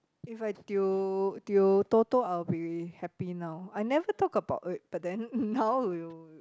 if I tio tio Toto I will be happy now I never talk about it but then now we'll